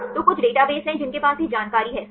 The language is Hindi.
तो कुछ डेटाबेस हैं जिनके पास यह जानकारी है सही